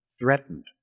threatened